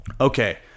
Okay